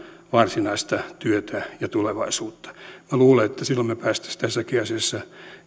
varsinaista työtä ja tulevaisuutta minä luulen että silloin me pääsisimme tässäkin asiassa